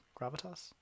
Gravitas